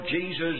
Jesus